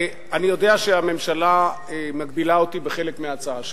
אני יודע שהממשלה מגבילה אותי בחלק מההצעה שלי,